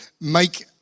make